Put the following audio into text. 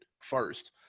first